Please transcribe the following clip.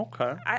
Okay